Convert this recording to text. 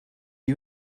you